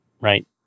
Right